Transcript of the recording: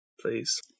please